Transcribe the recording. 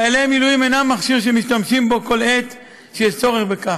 חיילי המילואים אינם מכשיר שמשתמשים בו כל עת שיש צורך בכך,